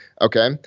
Okay